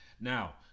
Now